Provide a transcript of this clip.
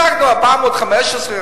השגנו 415,